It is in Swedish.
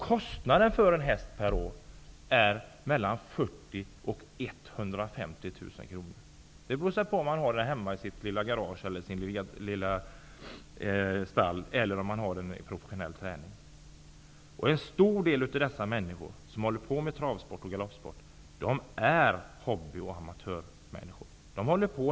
Kostnaden för en häst per år är 40 000--150 000 kr, beroende på om man har den i sitt lilla garage, i sitt lilla stall, eller om man har den i professionell träning. En stor del av de människor som håller på med travsport och galoppsport har det som hobby och är amatörer.